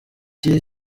kuri